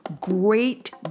great